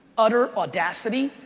utter audacity,